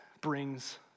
brings